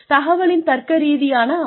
தகவலின் தர்க்கரீதியான அமைப்பு